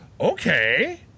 okay